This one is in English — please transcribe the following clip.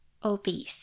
Obese